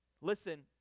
Listen